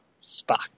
Spock